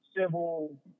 civil